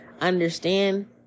understand